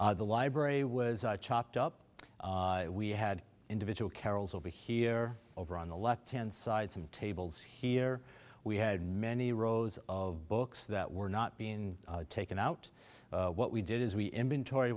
the library was chopped up we had individual carols over here over on the left hand side some tables here we had many rows of books that were not being taken out what we did is we inventory